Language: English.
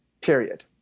Period